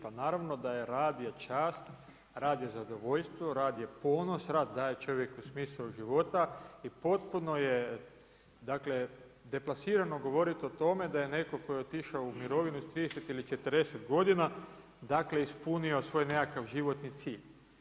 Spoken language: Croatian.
Pa naravno da rad je čast, rad je zadovoljstvo, rad je ponos, rad daje čovjeku smisao života i potpuno je, dakle deplasirano govorit o tome da je netko tko je otišao u mirovinu sa 30 ili 40 godina, dakle ispunio svoj nekakav životni cilj.